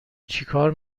چیکار